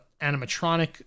animatronic